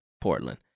Portland